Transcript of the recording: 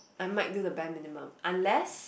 I might do the bare minimum unless